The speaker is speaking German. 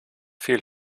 viel